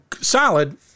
solid